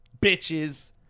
bitches